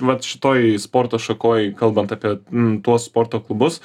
vat šitoj sporto šakoj kalbant apie m tuos sporto klubus